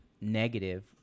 negative